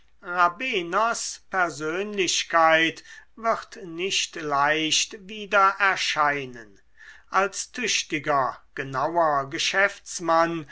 persönlichkeit wird nicht leicht wieder erscheinen als tüchtiger genauer geschäftsmann